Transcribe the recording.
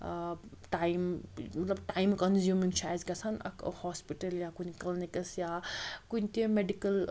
ٲں ٹایِم مطلب time consuming چھُ اسہِ گَژھان اَکھ ہاسپِٹَل یا کُنہِ کٕلنِکَس یا کُنہِ تہِ میٚڈِکٕل